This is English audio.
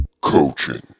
Coaching